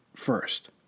first